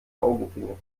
augenringe